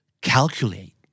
Calculate